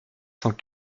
cent